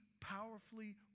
powerfully